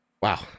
Wow